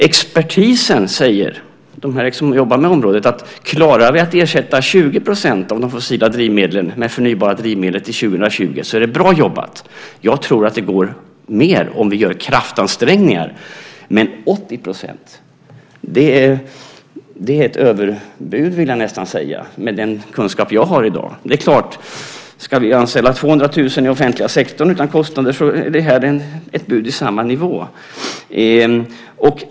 Expertisen, de som jobbar på området, säger att om vi klarar att ersätta 20 % av de fossila drivmedlen med förnybara drivmedel till 2020 är det bra jobbat. Jag tror att det blir mer om vi gör kraftansträngningar. Men 80 % är ett överbud, vill jag nästan säga med den kunskap jag har i dag. Vi ska ju anställa 200 000 i offentliga sektorn utan kostnader, och det här är ett bud på samma nivå.